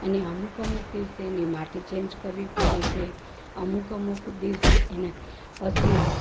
અને અમુક અમુક દિવસે એની માટી ચેન્જ કરવી પડે છે અમુક અમુક દિવસે એના પછી